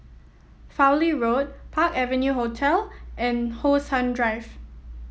Fowlie Road Park Avenue Hotel and How Sun Drive